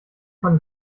von